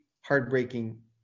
heartbreaking